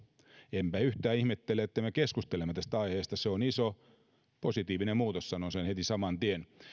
enpä yhtään ihmettele että me keskustelemme tästä aiheesta se on iso muutos positiivinen sanon sen heti saman tien